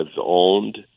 owned